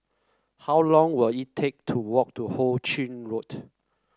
how long will it take to walk to Ho Ching Road